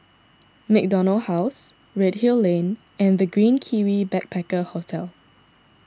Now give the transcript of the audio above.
MacDonald House Redhill Lane and the Green Kiwi Backpacker Hostel